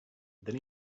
then